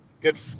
Good